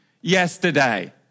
yesterday